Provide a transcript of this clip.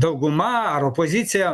dauguma ar opozicija